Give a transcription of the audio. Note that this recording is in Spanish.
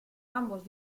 ambos